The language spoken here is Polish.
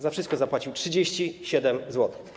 Za wszystko zapłacił 37 zł.